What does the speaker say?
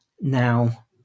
now